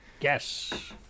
Yes